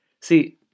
See